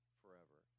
forever